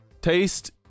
taste